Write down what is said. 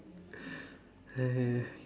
uh